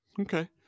Okay